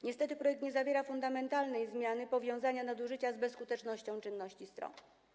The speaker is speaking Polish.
Niestety projekt nie zawiera fundamentalnej zmiany powiązania nadużycia z bezskutecznością czynności stron.